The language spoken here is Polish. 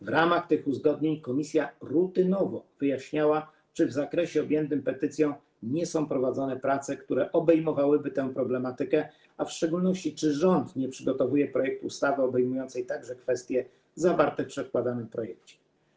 W ramach tych uzgodnień komisja rutynowo wyjaśniała, czy w zakresie objętym petycją nie są prowadzone prace, które obejmowałyby tę problematykę, a w szczególności czy rząd nie przygotowuje projektu ustawy obejmującej także kwestie zawarte w przedkładanym projekcie.